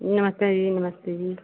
नमस्ते जी नमस्ते जी